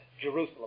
Jerusalem